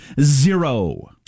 zero